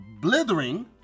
blithering